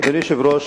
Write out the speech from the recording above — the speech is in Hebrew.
אדוני היושב-ראש,